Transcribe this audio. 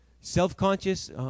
Self-conscious